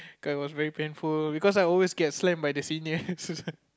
cause it was very painful because I always get slammed by the seniors